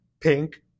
pink